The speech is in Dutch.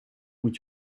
moet